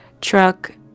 truck